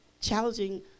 challenging